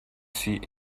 see